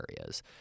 areas